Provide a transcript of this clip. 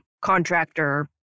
contractor